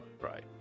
right